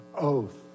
oath